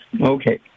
Okay